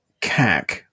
CAC